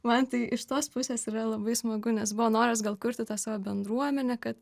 man tai iš tos pusės yra labai smagu nes buvo noras gal kurti tą savo bendruomenę kad